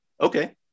Okay